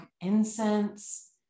incense